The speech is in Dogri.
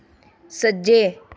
सज्जै